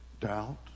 doubt